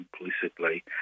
implicitly